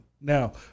Now